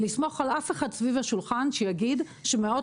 לסמוך על אף אחד סביב השולחן שיגיד שמאות